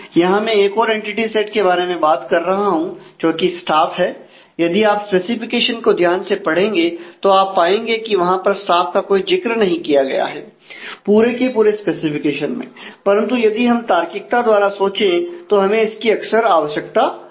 यहां मैं एक और एंटिटी सेट के बारे में बात कर रहा हूं जोकि स्टाफ है यदि आप स्पेसिफिकेशन को ध्यान से पड़ेंगे तो आप पाएंगे कि वहां पर स्टाफ का कोई जिक्र नहीं किया गया है पूरे के पूरे स्पेसिफिकेशन में परंतु यदि हम तार्किकता द्वारा सोचें तो हमें इसकी अक्सर आवश्यकता होगी